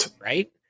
right